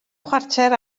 chwarter